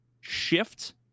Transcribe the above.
shift